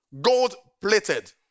gold-plated